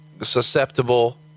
susceptible